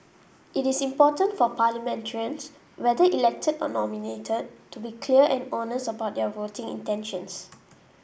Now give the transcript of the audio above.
it is important for parliamentarians whether elected or nominated to be clear and honest about their voting intentions